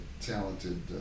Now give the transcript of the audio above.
talented